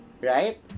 right